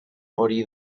hori